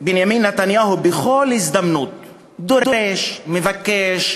בנימין נתניהו בכל הזדמנות דורש, מבקש,